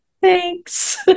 thanks